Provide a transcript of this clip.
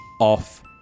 off